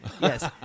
Yes